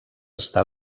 està